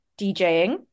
DJing